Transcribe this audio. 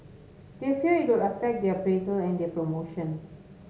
they fear it will affect their appraisal and their promotion